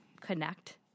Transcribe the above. connect